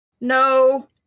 No